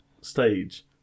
stage